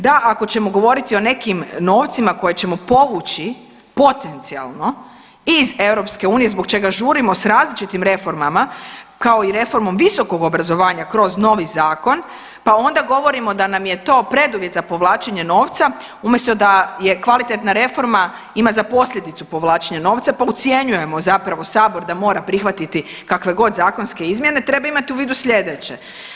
Da, ako ćemo govoriti o nekim novcima koje ćemo povući potencijalno iz EU zbog čega žurimo sa različitim reformama kao i reformom visokog obrazovanja kroz novi zakon, pa onda govorimo da nam je to preduvjet za povlačenje novca, umjesto da kvalitetna reforma ima za posljedicu povlačenja novca pa ucjenjujemo zapravo Sabor da mora prihvatiti kakve god zakonske izmjene treba imati u vidu sljedeće.